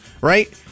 right